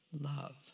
Love